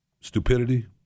stupidity